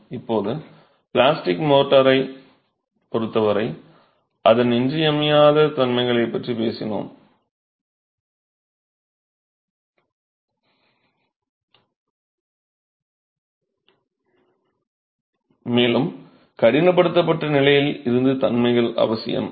இப்போது பிளாஸ்டிக் மோர்டரைப் பொருத்தவரை அதன் இன்றியமையாத தன்மைகளைப் பற்றிப் பேசினோம் மேலும் கடினப்படுத்தப்பட்ட நிலையில் இருந்து தன்மைகள் அவசியம்